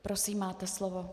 Prosím, máte slovo.